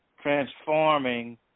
transforming